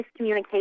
miscommunication